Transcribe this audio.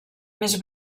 més